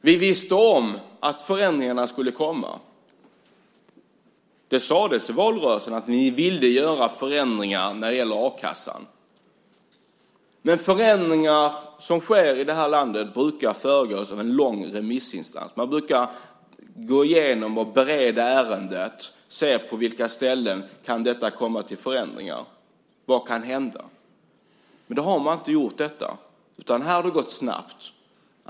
Vi visste om att förändringarna skulle komma. Det sades i valrörelsen att ni ville göra förändringar av a-kassan. Men förändringar som sker i det här landet brukar föregås av en lång remissrunda. Man brukar gå igenom och bereda ärendet, se på vilka förändringar som kan göras och vad som kan hända. Men det har man inte gjort nu, utan det har gått snabbt.